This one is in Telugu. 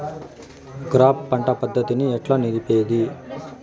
క్రాప్ పంట పద్ధతిని ఎట్లా నిలిపేది?